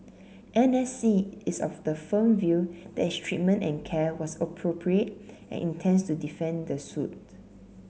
N S C is of the firm view that its treatment and care was appropriate and intends to defend the suit